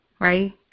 right